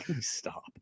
Stop